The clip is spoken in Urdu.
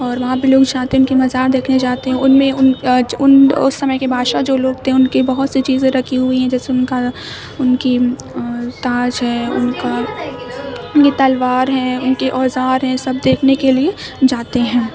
اور وہاں پہ لوگ جاتے ہیں ان کی مزار دیکھنے جاتے ہیں ان میں ان ان اس سمے کے بادشاہ جو لوگ تھے ان کے بہت سی چیزیں رکھی ہوئی ہیں جیسے ان کا ان کی تاج ہے ان کا ان کی تلوار ہے ان کے اوزار ہیں سب دیکھنے کے لیے جاتے ہیں